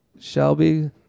Shelby